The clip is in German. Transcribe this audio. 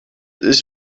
ist